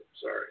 Sorry